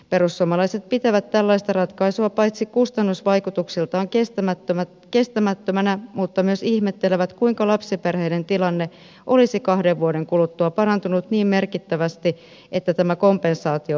perussuomalaiset pitävät tällaista ratkaisua kustannusvaikutuksiltaan kestämättömänä mutta myös ihmettelevät kuinka lapsiperheiden tilanne olisi kahden vuoden kuluttua parantunut niin merkittävästi että tämä kompensaatio voitaisiin poistaa